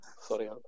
sorry